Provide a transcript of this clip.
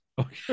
Okay